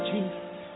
Jesus